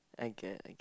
I get